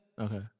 okay